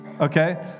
okay